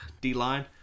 D-line